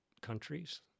countries